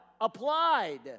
Applied